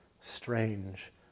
strange